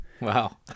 Wow